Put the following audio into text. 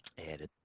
added